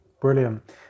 Brilliant